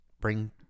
bring